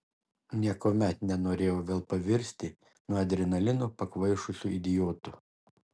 niekuomet nenorėjau vėl pavirsti nuo adrenalino pakvaišusiu idiotu